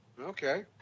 Okay